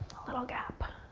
a little gap.